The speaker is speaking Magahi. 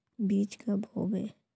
बीज कब होबे?